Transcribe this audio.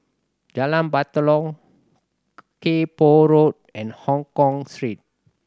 Jalan Batalong Kay Poh Road and Hongkong Street